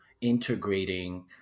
integrating